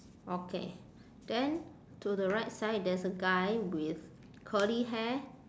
okay then to the right side there's a guy with curly hair